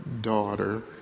daughter